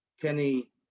Kenny